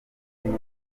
kenya